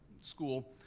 school